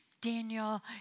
Daniel